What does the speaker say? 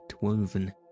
woven